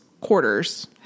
quarters